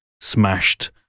smashed